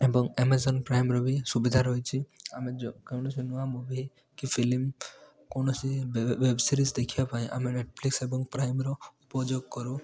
ଏବଂ ଏମାଜନ୍ ପ୍ରାଇମର ବି ସୁବିଧା ରହିଛି ଆମେ ଯ କୌଣସି ନୂଆ ମୁଭି କି ଫିଲ୍ମ କୌଣସି ୱେବସିରିଜ ଦେଖିବାପାଇଁ ଆମେ ନେଟଫ୍ଲିକ୍ସ ଏବଂ ପ୍ରାଇମର ଉପଯୋଗକରୁ